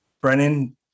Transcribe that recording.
Brennan